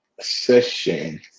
session